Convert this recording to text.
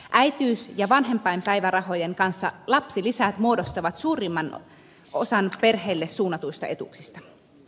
äitiys ja vanhempainpäivärahojen kanssa lapsilisät muodostavat suurimman osan perheelle suunnatuista etuuksista